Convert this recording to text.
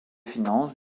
finances